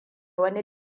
wani